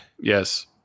Yes